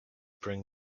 bring